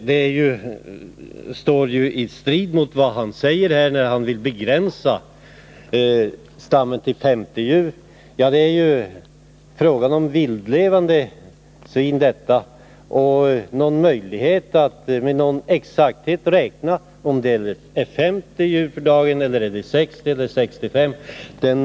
Detta står i strid med att han säger sig vilja begränsa stammen till 50 djur. Men det är ju här fråga om frilevande vildsvin, och det torde därför inte finnas särskilt stor möjlighet att med någon exakthet veta om det finns 50 djur eller 60 eller 65.